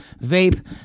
vape